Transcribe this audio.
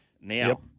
Now